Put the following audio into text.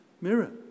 mirror